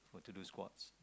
to to do squats